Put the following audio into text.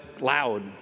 loud